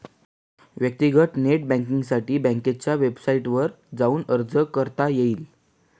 व्यक्तीगत नेट बँकींगसाठी बँकेच्या वेबसाईटवर जाऊन अर्ज करता येईल